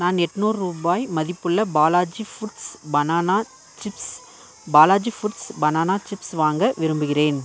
நான் எட்டுநூறு ரூபாய் மதிப்புள்ள Balaji foods banana chips Balaji foods banana chips வாங்க விரும்புகிறேன்